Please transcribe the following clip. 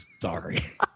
sorry